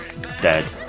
dead